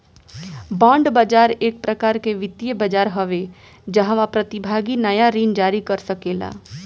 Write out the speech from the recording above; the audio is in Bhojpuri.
बांड बाजार एक प्रकार के वित्तीय बाजार हवे जाहवा प्रतिभागी नाया ऋण जारी कर सकेला